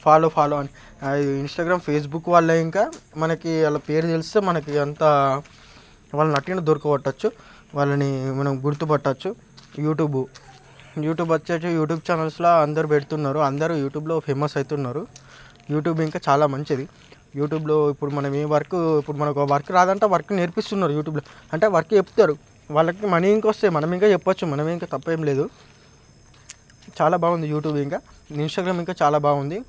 follow follow అని Instagram Facebook వల్ల ఇంకా మనకి వాళ్ళ పేరు తెలిస్తే మనకి ఇంకా అంతా వాళ్ళను అట్టే దొరక పట్టొచ్చు వాళ్ళను మనం గుర్తుపట్టొచ్చు యూట్యూబ్ యూట్యూబ్ వచ్చేటివి యూట్యూబ్ ఛానల్స్లో అందరు పెడుతున్నారు అందరూ యూట్యూబ్లో ఫేమస్ అవుతున్నారు యూట్యూబ్ ఇంకా చాలా మంచిది యూట్యూబ్లో ఇప్పుడు మనం ఈ వర్క్ ఇప్పుడు మనకు ఒక వర్క్ రాదంటే ఆ వర్క్ నేర్పిస్తున్నారు యూట్యూబ్లో అంటే వర్క్ నేర్పుతారు వాళ్ళకు మనీ ఇంకా ఎక్కువ వస్తాయి మనము చెప్పచ్చు మనకు ఏం తప్పు ఏం లేదు చాలా బాగుంది యూట్యూబ్ ఇంకా ఇంస్టాగ్రామ్ ఇంకా చాలా బాగుంది